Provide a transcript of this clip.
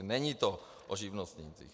Není to o živnostnících.